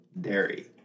Dairy